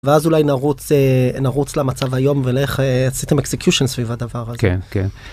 ואז אולי נרוץ, נרוץ למצב היום ולכן סיסטם אקסיקיושן סביב הדבר הזה.